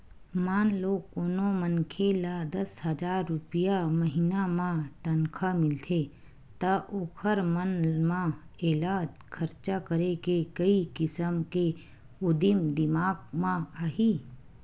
मान लो कोनो मनखे ल दस हजार रूपिया महिना म तनखा मिलथे त ओखर मन म एला खरचा करे के कइ किसम के उदिम दिमाक म आही